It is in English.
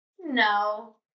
No